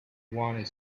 one